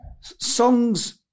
songs